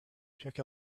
check